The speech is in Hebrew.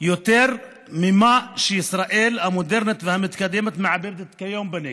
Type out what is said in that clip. יותר ממה שישראל המודרנית והמתקדמת מעבדת כיום בנגב.